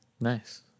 Nice